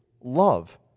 love